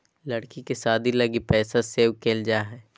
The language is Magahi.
लड़की के शादी लगी पैसा सेव क़इल जा हइ